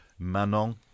Manon